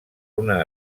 una